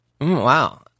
Wow